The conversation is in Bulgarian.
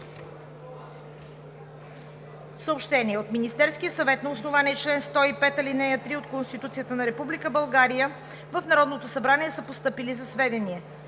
отбрана. От Министерския съвет, на основание чл. 105, ал. 3 от Конституцията на Република България, в Народното събрание са постъпили за сведение: